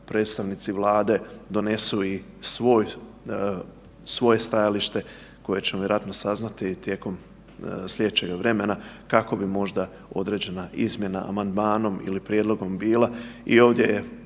predstavnici Vlade donesu i svoje stajalište koje ćemo vjerojatno saznati tijekom sljedećega vremena kako bi možda određena izmjena amandmanom ili prijedlogom bila. I ovdje je